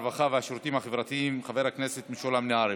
הרווחה והשירותים החברתיים חבר הכנסת משולם נהרי,